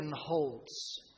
holds